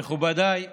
מכובדיי השרים,